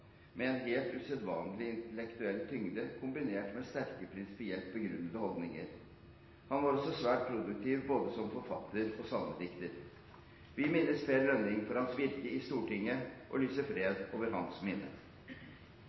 med en helt usedvanlig intellektuell tyngde, kombinert med sterke og prinsipielt begrunnede holdninger. Han var også svært produktiv som både forfatter og salmedikter. Vi minnes Per Lønning for hans virke i Stortinget og lyser fred over hans minne.